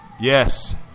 Yes